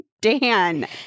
Dan